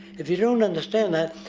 if you dont understand that,